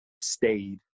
stayed